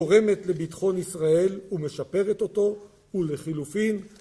תורמת לביטחון ישראל, ומשפרת אותו ולחילופין.